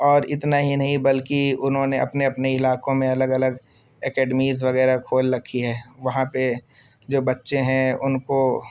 اور اتنا ہی نہیں بلکہ انہوں نے اپنے اپنے علاقوں میں الگ الگ اکیڈمیز وغیرہ کھول رکھی ہے وہاں پہ جو بچے ہیں ان کو